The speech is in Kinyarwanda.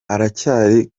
aracyari